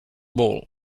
ball